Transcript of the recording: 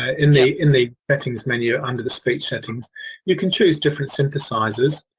ah in the in the settings menu under the speech settings you can choose different synthesizers.